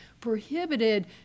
prohibited